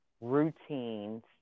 routines